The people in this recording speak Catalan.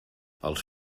els